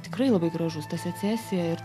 tikrai labai gražus ta secesija ir